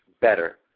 better